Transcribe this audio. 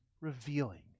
revealing